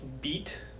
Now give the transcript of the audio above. beat